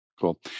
Cool